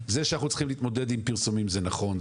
זה שאנחנו צריכים להתמודד עם פרסומים זה נכון,